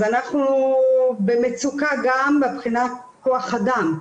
אז אנחנו במצוקה גם מבחינת כוח אדם.